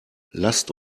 lasst